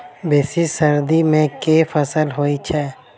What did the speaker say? बेसी सर्दी मे केँ फसल होइ छै?